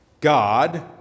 God